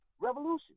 revolution